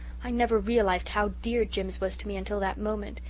i never realized how dear jims was to me until that moment.